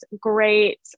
great